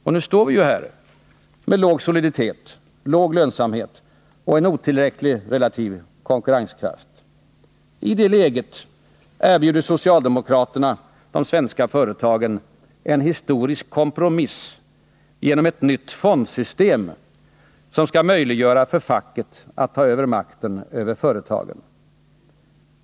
Och nu står vi ju här med låg soliditet, låg lönsamhet och en otillräcklig relativ konkurrenskraft. I det läget erbjuder socialdemokraterna de svenska företagen en ”historisk kompromiss” genom ett nytt fondsystem, som skall möjliggöra för facket att ta över makten över företagen.